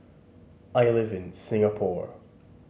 I live in Singapore